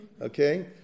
Okay